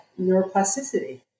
neuroplasticity